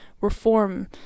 Reform